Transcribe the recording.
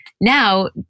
Now